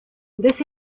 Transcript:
this